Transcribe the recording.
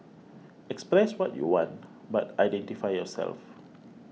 express what you want but identify yourself